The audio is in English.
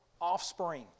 offspring